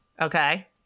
Okay